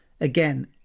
Again